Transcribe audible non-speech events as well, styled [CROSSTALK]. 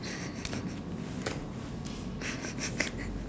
[BREATH]